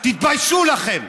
תתביישו לכם.